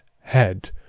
head